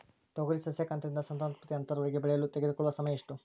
ತೊಗರಿ ಸಸ್ಯಕ ಹಂತದಿಂದ ಸಂತಾನೋತ್ಪತ್ತಿ ಹಂತದವರೆಗೆ ಬೆಳೆಯಲು ತೆಗೆದುಕೊಳ್ಳುವ ಸಮಯ ಎಷ್ಟು?